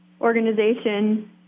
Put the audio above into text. organization